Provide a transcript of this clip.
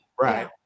Right